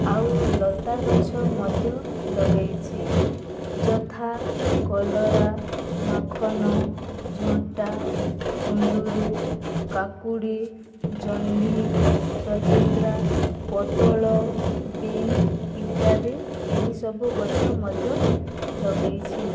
ଆଉ ଲତା ଗଛ ମଧ୍ୟ ଲଗାଇଛି ଯଥା କଲରା ମାଖନ ଝଣ୍ଟା କୁନ୍ଦୁରୁ କାକୁଡ଼ି ଜହ୍ନି ସଚିନ୍ଦ୍ରା ପୋଟଳ ବିନ ଇତ୍ୟାଦି ଏହି ସବୁ ଗଛ ମଧ୍ୟ ଲଗାଇଛି